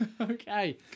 Okay